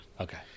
okay